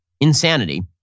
insanity